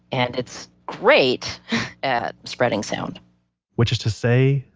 and it's great at spreading sound which is to say,